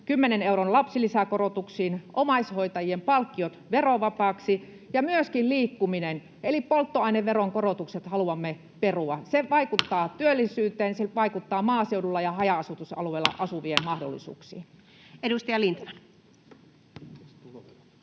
10 euron lapsilisäkorotuksiin, omaishoitajien palkkiot verovapaiksi, ja myöskin liikkumiseen, eli polttoaineveron korotukset haluamme perua. Se vaikuttaa työllisyyteen, se vaikuttaa maaseudulla ja haja-asutusalueilla